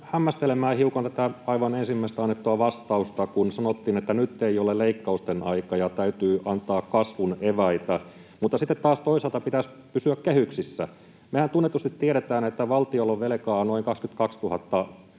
hämmästelemään hiukan tätä aivan ensimmäistä annettua vastausta, kun sanottiin, että nyt ei ole leikkausten aika ja täytyy antaa kasvun eväitä mutta sitten taas toisaalta pitäisi pysyä kehyksissä. Mehän tunnetusti tiedetään, että valtiolla on velkaa noin 22 000